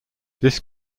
this